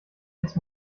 jetzt